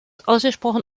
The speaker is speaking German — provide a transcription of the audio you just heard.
ausgesprochen